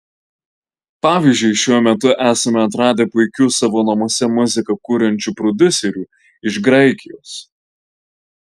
pavyzdžiui šiuo metu esame atradę puikių savo namuose muziką kuriančių prodiuserių iš graikijos